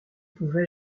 pouvais